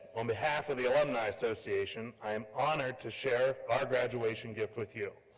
on behalf of the alumni association, i'm honored to share our graduation gift with you.